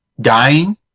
dying